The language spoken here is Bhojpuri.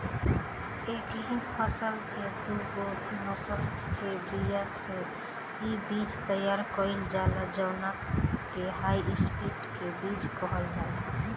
एकही फसल के दूगो नसल के बिया से इ बीज तैयार कईल जाला जवना के हाई ब्रीड के बीज कहल जाला